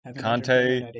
Conte